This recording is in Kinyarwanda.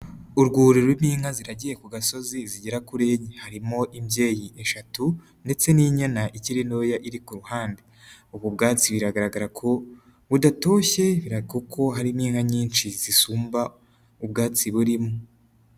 Urwuri rurimo inka ziragiye ku gasozi zigera kuri enyi, harimo imbyeyi eshatu ndetse n'inyana ikiri ntoya iri ku ruhande, ubu bwatsi biragaragara ko budatoshye kuko harimo inka nyinshi zisumba ubwatsi burimo.